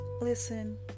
listen